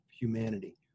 humanity